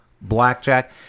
blackjack